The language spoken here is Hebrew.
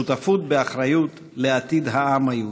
שותפות באחריות לעתיד העם היהודי.